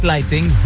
Lighting